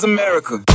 America